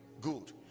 good